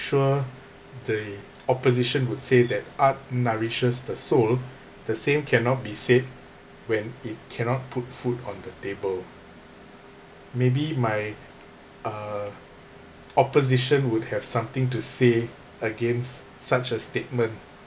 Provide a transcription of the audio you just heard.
sure the opposition would say that art nourishes the soul the same cannot be said when it cannot put food on the table maybe my uh opposition would have something to say against such a statement